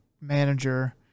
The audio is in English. manager